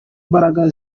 mbaraga